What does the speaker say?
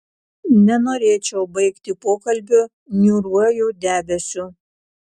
nenorėčiau baigti pokalbio niūriuoju debesiu